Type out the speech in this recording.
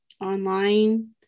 online